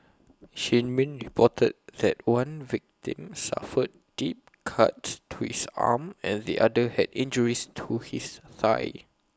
shin min reported that one victim suffered deep cuts to his arm and the other had injuries to his thigh